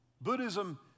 Buddhism